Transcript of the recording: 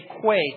quake